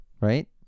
Right